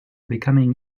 becoming